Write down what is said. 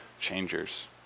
changers